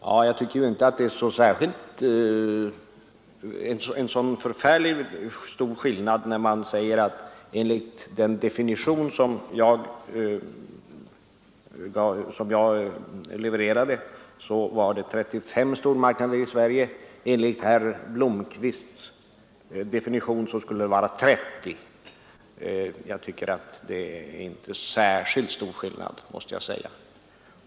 Jag tycker ju inte att det är så förfärligt stor skillnad när man säger att enligt den definition som jag anförde finns det 35 stormarknader i Sverige, medan antalet enligt herr Blomkvists definition skulle vara 30.